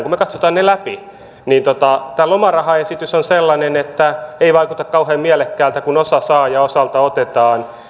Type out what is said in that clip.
me katsomme ne läpi niin tämä lomarahaesitys on sellainen että ei vaikuta kauhean mielekkäältä kun osa saa ja osalta otetaan